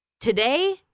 today